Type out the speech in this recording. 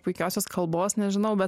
puikiosios kalbos nežinau bet